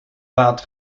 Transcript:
laat